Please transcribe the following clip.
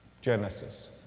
Genesis